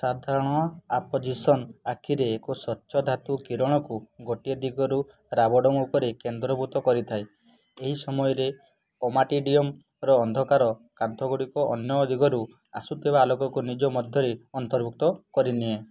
ସାଧାରଣ ଆପୋଜିସନ୍ ଆଖିରେ ଏକ ସ୍ୱଚ୍ଛଧାତୁ କିରଣକୁ ଗୋଟିଏ ଦିଗରୁ ରାବଡ଼ୋମ୍ ଉପରେ କେନ୍ଦ୍ରୀଭୂତ କରିଥାଏ ଏହି ସମୟରେ ଓମାଟିଡ଼ିୟମ୍ର ଅନ୍ଧକାର କାନ୍ଥଗୁଡ଼ିକ ଅନ୍ୟ ଦିଗରୁ ଆସୁଥିବା ଆଲୋକକୁ ନିଜ ମଧ୍ୟରେ ଅନ୍ତର୍ଭୁକ୍ତ କରିନିଏ